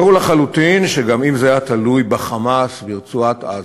ברור לחלוטין שגם אם זה היה תלוי ב"חמאס" ברצועת-עזה,